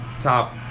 Top